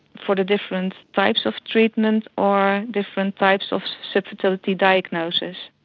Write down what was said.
for the different types of treatment or different types of so fertility diagnosis.